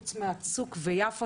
חוץ מהצוק ויפו,